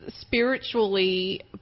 spiritually